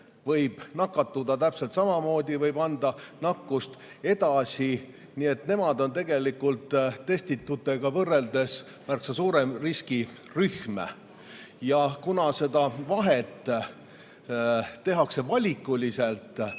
võivad nakatuda täpselt samamoodi, võivad anda nakkust edasi, nii et nemad on testitutega võrreldes märksa suurema riski rühm. Kuna seda vahet tehakse valikuliselt